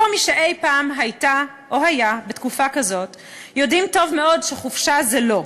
כל מי שאי-פעם הייתה או היה בתקופה כזאת יודע טוב מאוד שחופשה זה לא.